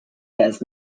test